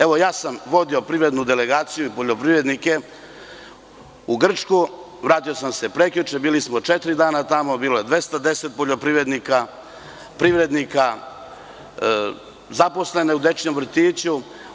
Evo, ja sam vodio privrednu delegaciju i poljoprivrednike u Grčku, vratio sam se prekjuče, bili smo četiri dana tamo, bilo je 210 poljoprivrednika, privrednika, zaposlenih u dečijem vrtiću.